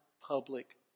public